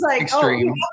extreme